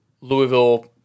Louisville